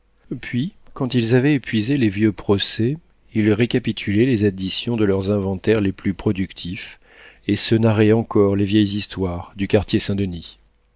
puis quand ils avaient épuisé les vieux procès ils récapitulaient les additions de leurs inventaires les plus productifs et se narraient encore les vieilles histoires du quartier saint-denis